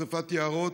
משרפת יערות,